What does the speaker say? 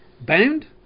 Bound